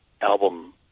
album